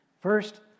First